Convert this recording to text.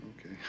Okay